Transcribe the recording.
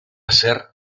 hacer